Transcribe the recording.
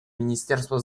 министерства